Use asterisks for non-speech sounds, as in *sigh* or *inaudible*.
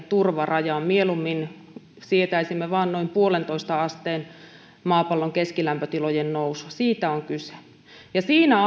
*unintelligible* turvarajan mieluummin sietäisimme vain noin yhteen pilkku viiteen asteen maapallon keskilämpötilojen nousua siitä on kyse ja siinä *unintelligible*